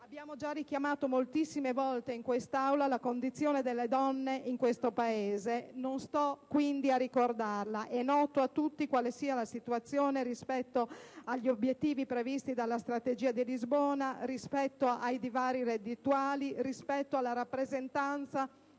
Abbiamo già richiamato moltissime volte, in quest'Aula, la condizione delle donne in questo Paese e non sto, quindi, a ricordarla. È noto a tutti quale sia la situazione, rispetto agli obiettivi previsti dalla strategia di Lisbona, rispetto ai divari reddituali e rispetto alla rappresentanza